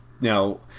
Now